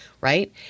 right